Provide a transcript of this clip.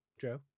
Joe